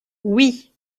oui